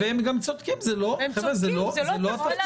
והם גם צודקים, חבר'ה, זה לא התפקיד שלהם.